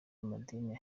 madini